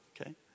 okay